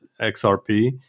XRP